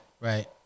Right